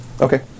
Okay